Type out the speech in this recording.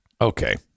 Okay